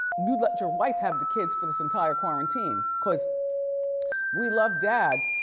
you'd let your wife have the kids for this entire quarantine, cause we love dads,